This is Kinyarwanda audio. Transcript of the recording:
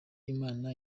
imana